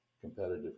competitive